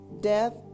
death